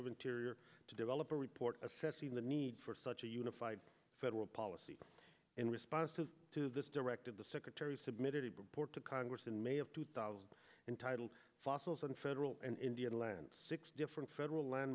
of interior to develop a report assessing the need for such a unified federal policy in response to this directive the secretary submitted a report to congress in may of two thousand and titled fossils on federal indian lands six different federal land